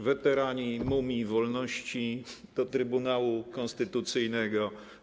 Weterani Mumii Wolności - do Trybunału Konstytucyjnego.